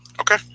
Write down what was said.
Okay